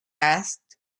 asked